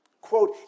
Quote